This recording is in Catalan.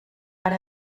per